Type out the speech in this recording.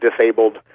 disabled